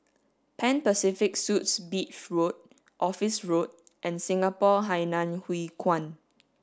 Pan Pacific Suites Beach Road Office Road and Singapore Hainan Hwee Kuan